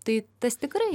tai tas tikrai